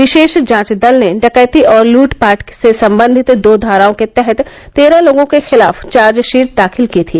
विशेष जांच दल ने डकैती और लूटपाट से संबंधित दो धाराओं के तहत तेरह लोगों के खिलाफ चार्जशीट दाखिल की थी